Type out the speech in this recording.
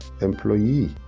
employee